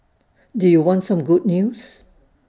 do you want some good news